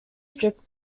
strip